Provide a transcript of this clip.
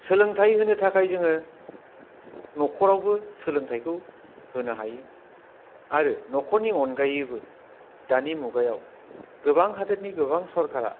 सोलोंथाइ होनो थाखाय जोङो न'खरावबो सोलोंथाइखौ होनो हायो आरो न'खरनि अनगायैबो दानि मुगायाव गोबां हादोरनि गोबां सरखारा